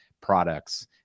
products